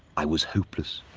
i was hopeless.